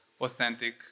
authentic